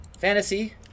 fantasy